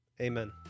Amen